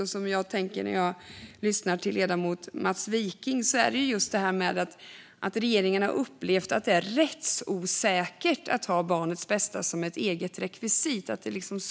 Något jag tänker på när jag lyssnar till ledamoten Mats Wiking är just att regeringen har upplevt att det är rättsosäkert att ha barnets bästa som ett eget rekvisit.